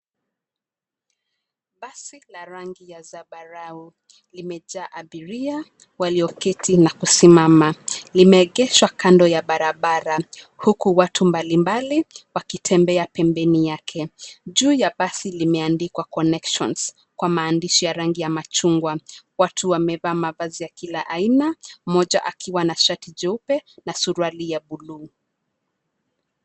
Basi la rangi ya zambarau limejaa abiria walioketi na kusimama limeegeshwa kando ya barabara huku watu mbalimbali wakitembea pembeni yake. Juu ya basi limeandikwa connections kwa maandishi ya rangi ya machungwa. Watu wamevaa mavazi ya kila aina moja akiwa na shati jeupe na suruali ya bluu.